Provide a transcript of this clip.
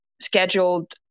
scheduled